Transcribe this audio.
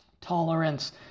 tolerance